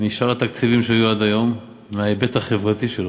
משאר התקציבים שהיו עד היום, בהיבט החברתי שלו,